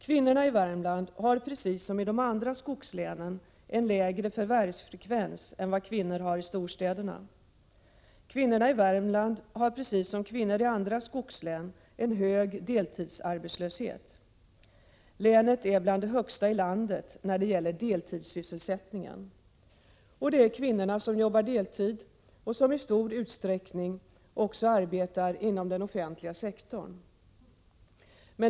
Kvinnorna i Värmland har precis som kvinnor i de andra skogslänen en lägre förvärvsfrekvens än vad kvinnor har i storstäderna. Kvinnorna i Värmland har precis som kvinnor i andra skogslän en hög deltidsarbetslöshet. Länet tillhör de främsta i landet vad gäller deltidssysselsättning, och det är kvinnorna som jobbar deltid och som i stor utsträckning arbetar inom den offentliga sektorn.